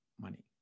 money